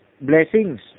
blessings